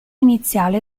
iniziale